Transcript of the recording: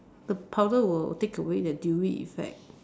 the powder will take away the dewy effect